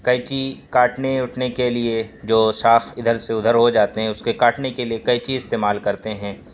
قینچی کاٹنے ووٹنے کے لیے جو شاخ ادھر سے ادھر ہو جاتے ہیں اس کے کاٹنے کے لیے قینچی استعمال کرتے ہیں